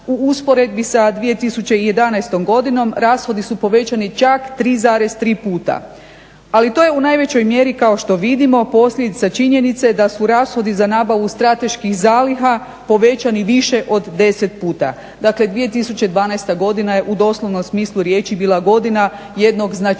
u usporedbi sa 2011.godinom rashodi su povećani čak 3,3 puta. Ali to je u najvećoj mjeri kao što vidimo posljedica činjenice da su rashodi za nabavu strateških zaliha povećani više od 10 puta. Dakle 2012.godina je u doslovnom smislu riječi bila godina jednog značajnijeg